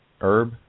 herb